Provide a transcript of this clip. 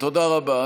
תודה רבה.